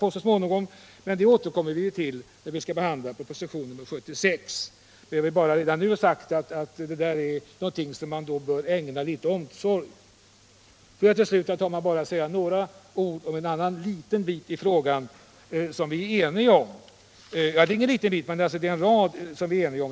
Diskussionen om detta kommer alltså att tas upp i samband med behandlingen av propositionen 76, men jag har redan nu velat anföra att frågan om det här bidragets utformning bör ägnas särskild omsorg. Låt mig slutligen, herr talman, bara säga några ord om ytterligare en detalj i den här frågan, en detalj som är nog så viktig och som vi är eniga om.